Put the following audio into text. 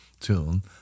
tune